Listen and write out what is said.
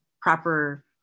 proper